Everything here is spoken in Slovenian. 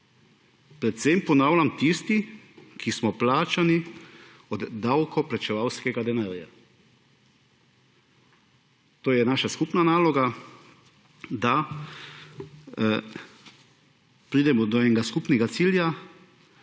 predvsem − ponavljam − tisti, ki smo plačani iz davkoplačevalskega denarja. To je naša skupna naloga, da pridemo do enega skupnega cilja,